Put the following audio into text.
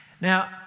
Now